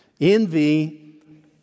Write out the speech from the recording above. Envy